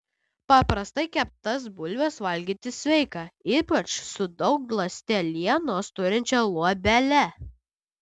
paprastai keptas bulves valgyti sveika ypač su daug ląstelienos turinčia luobele